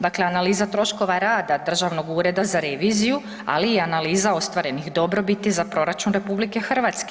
Dakle, analiza troškova rada Državnog ureda za reviziju, ali i analiza ostvarenih dobrobiti za proračun RH.